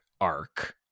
arc